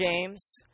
James